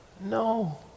No